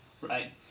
Right